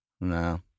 No